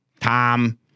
Tom